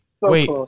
Wait